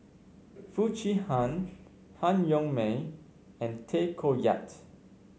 Foo Chee Han Han Yong May and Tay Koh Yat